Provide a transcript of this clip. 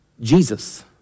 Jesus